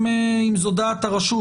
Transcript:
גם אם זו דעת הרשות,